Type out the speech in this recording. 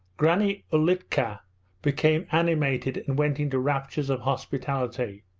granny ulitka became animated and went into raptures of hospitality.